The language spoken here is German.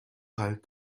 halt